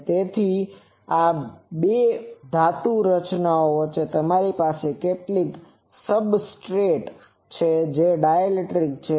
તેથી આ બે ધાતુની રચનાઓ વચ્ચે તમારી પાસે કેટલાક સબસ્ટ્રેટ છે જે ડાયઇલેક્ટ્રિક છે